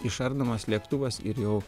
išardomas lėktuvas ir jau